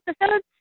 episodes